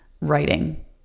writing